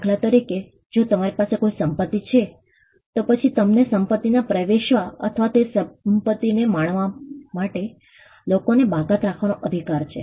દાખલા તરીકે જો તમારી પાસે કોઈ સંપત્તિ છે તો પછી તમને સંપતિમાં પ્રવેશવા અથવા તે સંપત્તિનો આનંદ માણવા માટે લોકોને બાકાત રાખવાનો અધિકાર છે